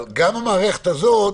גם המערכת הזאת